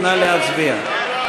נא להצביע.